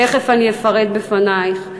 תכף אני אפרט בפנייך.